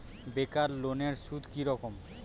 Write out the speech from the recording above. বেকার লোনের সুদ কি রকম?